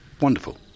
wonderful